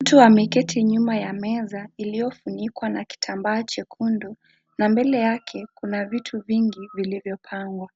Mtu ameketi nyuma ya meza iliyofunukwa na kitambaa chekundu, na mbele yake kuna vitu vingi vilivyopangwa,